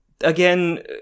Again